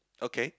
okay